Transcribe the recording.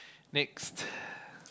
next